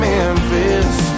Memphis